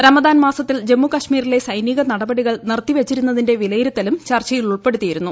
റമദാൻ മാസത്തിൽ ജമ്മു കശ്മീരിലെ സൈനിക നടപടികൾ നിർത്തിവച്ചിരുന്നതിന്റെ വിലയിരുത്തലും ചർച്ചയിൽ ഉൾപ്പെടുത്തിയിരുന്നു